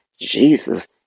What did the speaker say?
Jesus